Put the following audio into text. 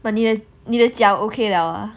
but 你的你的脚 okay liao ah